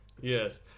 Yes